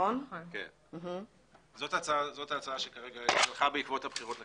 זאת ההצעה בעקבות הבחירות לכנסת.